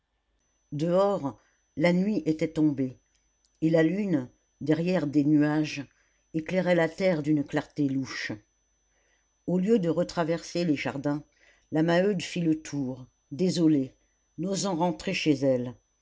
dehors la nuit était tombée et la lune derrière des nuages éclairait la terre d'une clarté louche au lieu de retraverser les jardins la maheude fit le tour désolée n'osant rentrer chez elle